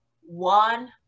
one